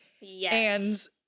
Yes